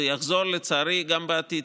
זה יחזור לצערי גם בעתיד.